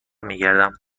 میگردم